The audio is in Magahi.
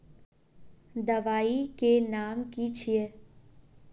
दबाई के नाम की छिए?